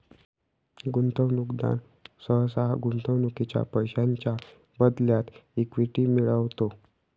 गुंतवणूकदार सहसा गुंतवणुकीच्या पैशांच्या बदल्यात इक्विटी मिळवतो